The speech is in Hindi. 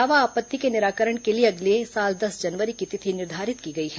दावा आपत्ति के निराकरण के लिए अगले साल दस जनवरी की तिथि निर्धारित की गई है